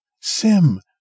Sim